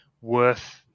worth